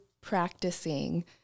practicing